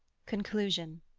conclusion